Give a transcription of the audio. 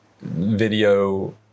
video